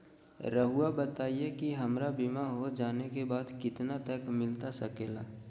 रहुआ बताइए कि हमारा बीमा हो जाने के बाद कितना तक मिलता सके ला?